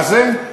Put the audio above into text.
מה זה?